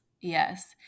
yes